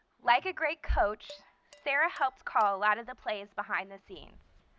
like a great coach, sara helped call a lot of the plays behind the scenes.